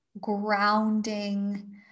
grounding